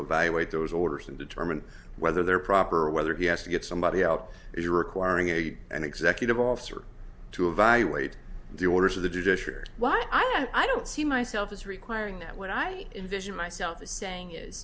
evaluate those orders and determine whether they're proper or whether he has to get somebody out if you're requiring a an executive officer to evaluate the orders of the judiciary why i don't see myself as requiring that when i envision myself as saying is